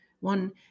One